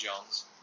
Jones